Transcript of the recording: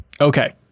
Okay